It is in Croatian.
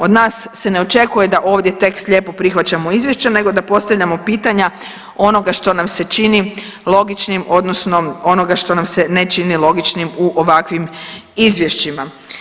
Od nas se ne očekuje da ovdje tek slijepo prihvaćamo izvješće nego da postavljamo pitanja onoga što nam se čini logičnim odnosno onoga što nam se ne čini logičnim u ovakvim izvješćima.